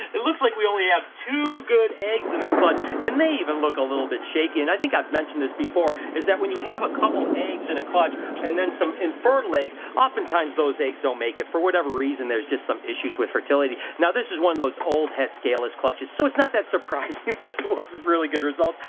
it looks like we only have two good eggs in this clutch, and they even look a little bit shaken, i think i've mentioned this before, is that when you have a couple eggs in a clutch and then some infertile eggs, oftentimes those eggs don't make it for whatever reason there's just some issues with fertility. now this is one of those old het scaleless clutches, so it's not that surprising that it wasn't really good results,